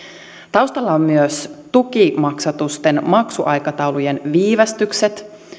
taustalla ovat myös tukimaksatusten maksuaikataulujen viivästykset